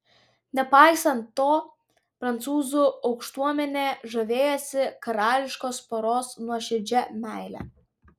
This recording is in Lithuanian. nepaisant to prancūzų aukštuomenė žavėjosi karališkos poros nuoširdžia meile